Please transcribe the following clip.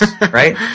right